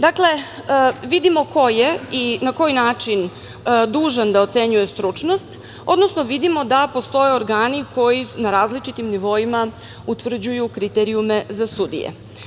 Dakle, vidimo ko je i na koji način dužan da ocenjuje stručnost, odnosno vidimo da postoje organi koji na različitim nivoima utvrđuju kriterijume za sudije.